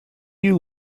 you